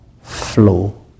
flow